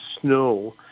snow